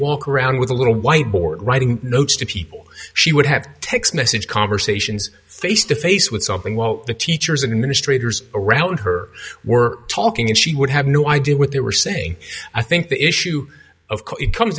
walk around with a little white board writing notes to people she would have text message conversations face to face with something well the teachers and administrators around her were talking and she would have no idea what they were saying i think the issue of call it comes